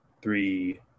three